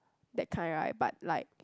that kind right but like